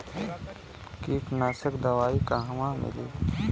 कीटनाशक दवाई कहवा मिली?